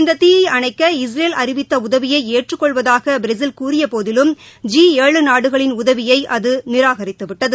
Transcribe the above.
இந்த தீயை அணைக்க இஸ்ரேல் அறிவித்த உதவியை ஏற்றுக் கொள்வதாக பிரேசில் கூறியபோதிலும் ஜி ஏழு நாடுகளின் உதவியை அது நிராகரித்துவிட்டது